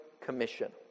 Commission